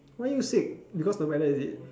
why you sick because the weather is it